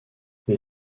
les